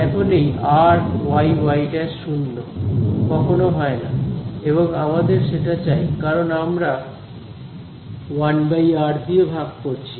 এখন এই r y y ′ 0 কখনো হয়না এবং আমাদের সেটা চাই কারণ আমরা 1r দিয়ে ভাগ করছি